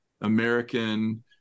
american